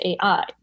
AI